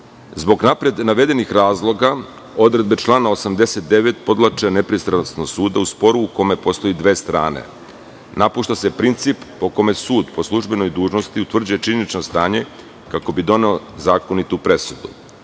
napred navedenih razloga, odredbe člana 89. podvlače nepristrasnost suda u sporu u kome postoji dve strane. Napušta se princip po kome sud po službenoj dužnosti utvrđuje činjenično stanje, kako bi doneo zakonitu presudu.